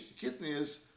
kidneys